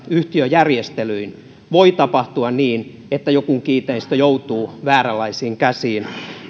yhtiöjärjestelyin voi tapahtua niin että joku kiinteistö joutuu vääränlaisiin käsiin